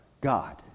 God